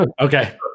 okay